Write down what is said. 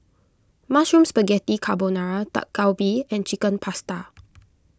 Mushroom Spaghetti Carbonara Dak Galbi and Chicken Pasta